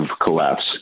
collapse